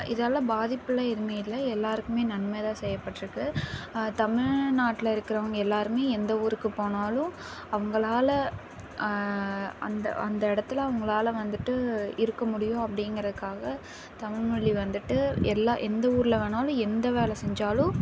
இதால் பாதிப்புலாம் எதுவுமே இல்லை எல்லாருக்குமே நன்மை தான் செய்யப்பட்டுருக்கு தமிழ்நாட்ல இருக்கறவுங்க எல்லாருமே எந்த ஊருக்குப் போனாலும் அவங்களால அந்த அந்த இடத்துல அவங்களால வந்துவிட்டு இருக்க முடியும் அப்படிங்கிறக்காக தமிழ்மொலி வந்துவிட்டு எல்லா எந்த ஊரில் வேணாலும் எந்த வேலை செஞ்சாலும்